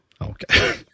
Okay